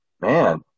man